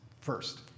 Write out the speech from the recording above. first